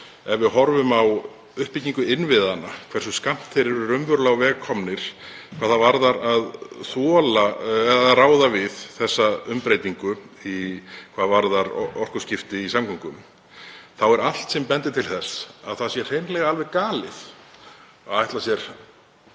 ef við horfum á uppbyggingu innviðanna, hversu skammt þeir eru raunverulega á veg komnir hvað það varðar að ráða við þessa umbreytingu, orkuskipti í samgöngum, þá er allt sem bendir til þess að það sé hreinlega alveg galið að ætla sér